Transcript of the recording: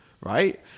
right